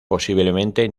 posiblemente